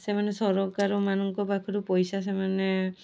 ସେମାନେ ସରକାରମାନଙ୍କ ପାଖରୁ ପଇସା ସେମାନେ